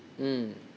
mm